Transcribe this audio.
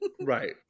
Right